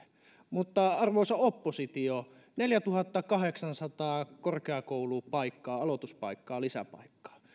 mutta arvoisa oppositio neljätuhattakahdeksansataa korkeakoulupaikkaa aloituspaikkaa lisäpaikkaa